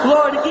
Lord